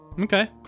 Okay